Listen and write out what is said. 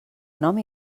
nom